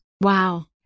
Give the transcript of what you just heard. Wow